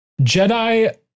Jedi